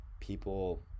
people